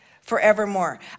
forevermore